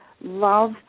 love